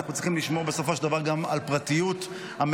אנחנו צריכים לשמור בסופו של דבר גם על פרטיות המאובטח.